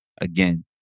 again